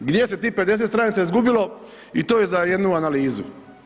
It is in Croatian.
Gdje se tih 50 stranica izgubilo, i to je za jednu analizu.